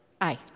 aye